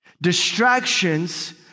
Distractions